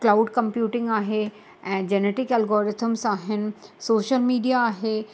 cloud computing आहे ऐं genetic algorithms आहिनि सोशल मीडिया आहे